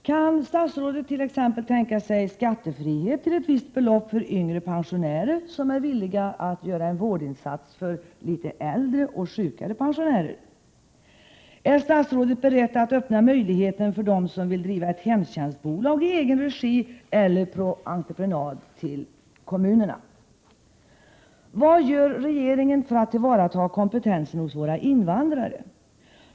Kan statsrådet t.ex. tänka sig skattefrihet till ett visst belopp för yngre pensionärer som är villiga att göra en vårdinsats för litet äldre och sjukare pensionärer? Är statsrådet beredd att öppna möjligheten för dem som vill driva ett hemtjänstbolag i egen regi eller på entreprenad till kommunerna? Vad gör regeringen för att tillvarata kompetensen hos våra invandrare?